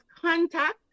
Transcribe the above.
contact